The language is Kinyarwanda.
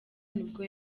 nibwo